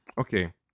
okay